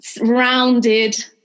rounded